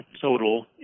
total